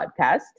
podcast